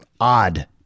odd